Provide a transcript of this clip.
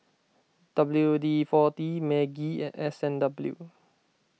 W D forty Maggi and S and W